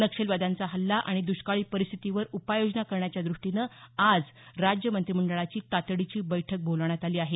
नक्षलवाद्यांचा हल्ला आणि दष्काळी परिस्थितीवर उपाययोजना करण्याच्या दुष्टीने आज राज्य मंत्रीमंडळाची तातडीची बैठक बोलावण्यात आली आहे